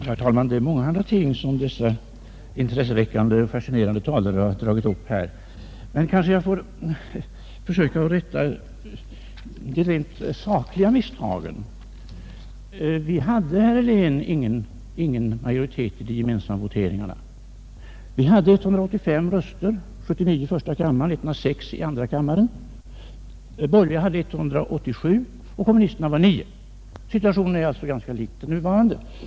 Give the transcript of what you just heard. Fru talman! Det var mångahanda ting som de föregående talarna i sina intresseväckande och fascinerande anföranden tog upp; jag vill nu bara rätta till nägra sakliga misstag. Den socialdemokratiska regeringen hade efter 1957 ingen majoritet vid de gemensamma voteringarna. Vi hade 185 röster, 79 i första och 106 i andra kammaren. De borgerliga hade 187 röster. Och så fanns det nio kommunister. Situationen var alltså ganska lik den nuvarande.